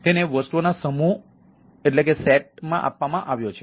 તેને વસ્તુઓનો સમૂહ આપવામાં આવ્યો છે